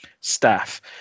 staff